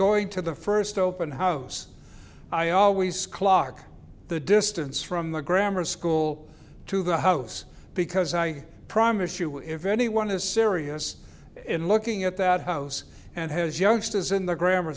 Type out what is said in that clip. going to the first open house i always clock the distance from the grammar school to the house because i promise you if anyone is serious in looking at that house and his youngsters in the grammar